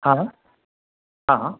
हां हां